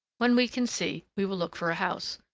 when we can see, we will look for a house,